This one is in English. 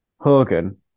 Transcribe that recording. Hogan